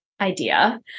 idea